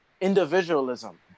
individualism